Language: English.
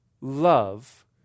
love